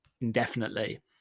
indefinitely